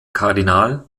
kardinal